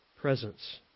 presence